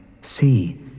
See